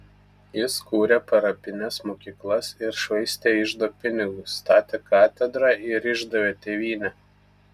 jis kūrė parapines mokyklas ir švaistė iždo pinigus statė katedrą ir išdavė tėvynę